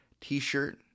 t-shirt